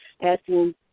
asking